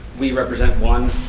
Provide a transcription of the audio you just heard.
we represent one.